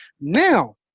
Now